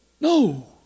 No